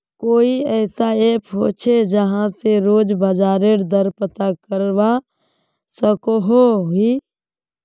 कोई ऐसा ऐप होचे जहा से रोज बाजार दर पता करवा सकोहो ही?